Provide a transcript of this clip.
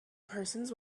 persons